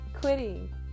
quitting